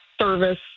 service